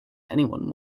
anyone